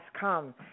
come